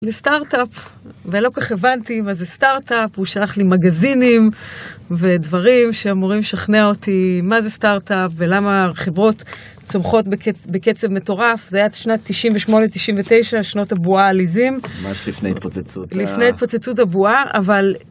לסטארט-אפ, ולא כך הבנתי מה זה סטארט-אפ, הוא שלח לי מגזינים ודברים שאמורים שכנע אותי מה זה סטארט-אפ ולמה החברות צומחות בקצב מטורף, זה היה שנת 98-99, שנות הבועה העליזים. ממש לפני התפוצצות. לפני התפוצצות הבועה, אבל...